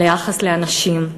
על היחס לאנשים,